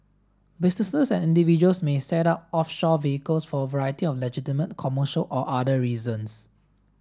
businesses and individuals may set up offshore vehicles for a variety of legitimate commercial or other reasons